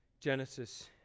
genesis